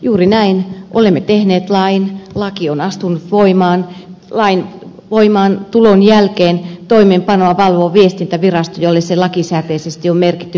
juuri näin olemme tehneet lain laki on astunut voimaan lain voimaantulon jälkeen toimeenpanoa valvoo viestintävirasto jolle se lakisääteisesti on merkitty tehtäväksi